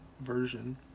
version